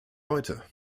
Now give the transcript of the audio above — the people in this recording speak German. heute